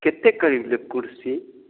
कतेक करीब लेब कुरसी